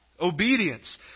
Obedience